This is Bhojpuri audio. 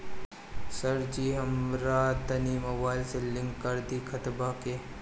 सरजी हमरा तनी मोबाइल से लिंक कदी खतबा के